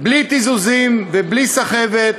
בלי תיזוזים ובלי סחבת,